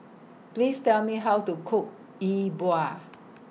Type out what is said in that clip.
Please Tell Me How to Cook E Bua